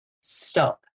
Stop